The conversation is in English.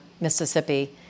Mississippi